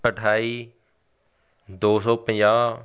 ਅਠਾਈ ਦੋ ਸੌ ਪੰਜਾਹ